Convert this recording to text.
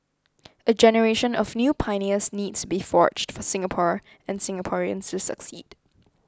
a generation of new pioneers needs to be forged for Singapore and Singaporeans to succeed